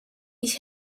ich